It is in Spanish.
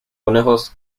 conejos